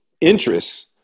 interests